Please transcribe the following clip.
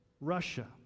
Russia